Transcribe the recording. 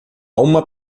uma